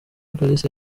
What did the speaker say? kalisa